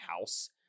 house